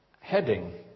heading